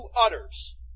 utters